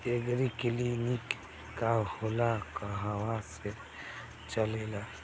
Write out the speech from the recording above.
एगरी clinic का होला कहवा से चलेँला?